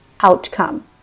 outcome